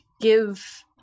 give